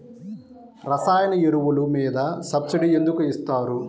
రసాయన ఎరువులు మీద సబ్సిడీ ఎందుకు ఇస్తారు?